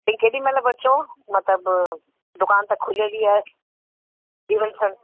तव्हीं केॾीमहिल बि अचो मतिलबु दुकानु त खुलियलु ई आहे ईवन सन